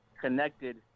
connected